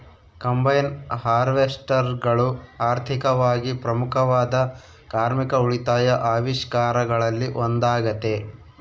combine ಹಾರ್ವೆಸ್ಟರ್ಗಳು ಆರ್ಥಿಕವಾಗಿ ಪ್ರಮುಖವಾದ ಕಾರ್ಮಿಕ ಉಳಿತಾಯ ಆವಿಷ್ಕಾರಗಳಲ್ಲಿ ಒಂದಾಗತೆ